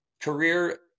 career